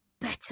better